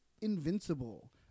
Invincible